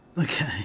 Okay